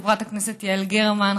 חברת הכנסת יעל גרמן,